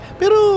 pero